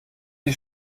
die